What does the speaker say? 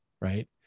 right